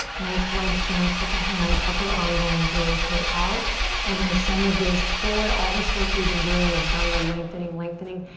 nice wide stance with the hands, upper arm bones rotate out. we're gonna send the gaze forward. all this work we've been doing of dunda lengthening, lengthening,